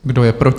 Kdo je pro?